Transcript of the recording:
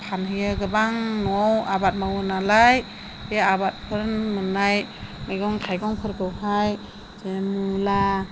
फानहैयो गोबां न'आव आबाद मावोनालाय बे आबादफोर मोननाय मैगं थाइगंफोरखौहाय जे मुला